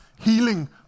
healing